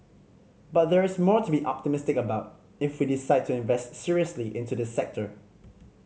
but there is more to be optimistic about if we decide to invest seriously into the sector